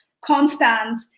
constant